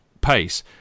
pace